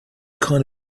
kind